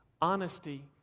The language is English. Honesty